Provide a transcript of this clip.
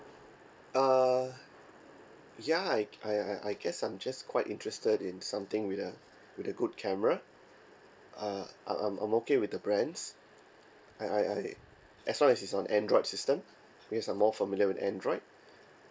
err ya I I I I guess I'm just quite interested in something with a with a good camera uh I'm I'm I'm okay with the brands I I I as long as it's on android system because I'm more familiar with android